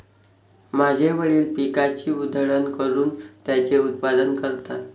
माझे वडील पिकाची उधळण करून त्याचे उत्पादन करतात